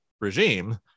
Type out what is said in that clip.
regime